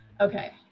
Okay